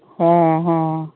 ᱦᱮᱸ ᱦᱮᱸ